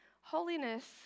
Holiness